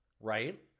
Right